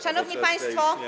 Szanowni Państwo!